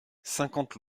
cinquante